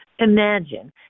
Imagine